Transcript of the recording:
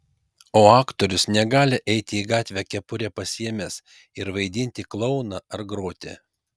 o aktorius negali eiti į gatvę kepurę pasiėmęs ir vaidinti klouną ar groti